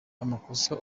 amakosa